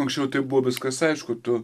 anksčiau tai buvo viskas aišku tu